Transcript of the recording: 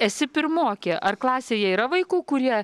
esi pirmokė ar klasėje yra vaikų kurie